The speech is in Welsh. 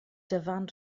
dyfan